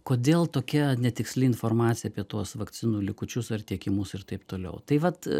kodėl tokia netiksli informacija apie tuos vakcinų likučius ar tiekimus ir taip toliau tai vat